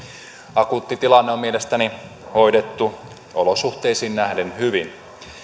akuutti tilanne on mielestäni hoidettu olosuhteisiin nähden hyvin